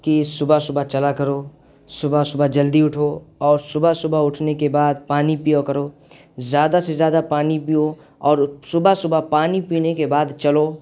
کہ صبح صبح چلا کرو صبح صبح جلدی اٹھو اور صبح صبح اٹھنے کے بعد پانی پیا کرو زیادہ سے زیادہ پانی پیو اور صبح صبح پانی پینے کے بعد چلو